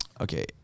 Okay